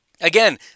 Again